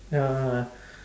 ya